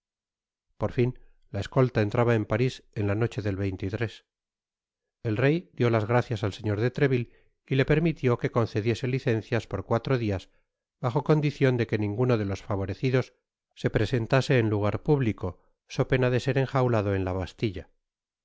por fin la escolta entraba en paris en la noche del el rey dió las gracias al señor de treville y le permitió que concediese licencias por cuatro dias bajo condicion de qne ninguno de los favorecidos se presentase en lugar público so pena de ser enjaulado en la castilla